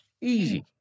easy